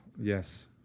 Yes